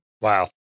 wow